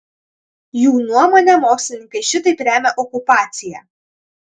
jų nuomone mokslininkai šitaip remia okupaciją